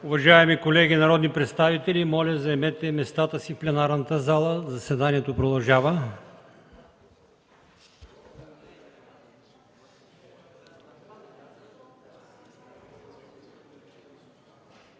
Уважаеми колеги народни представители, моля заемете местата си в пленарната зала. Заседанието продължава.